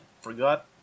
forgot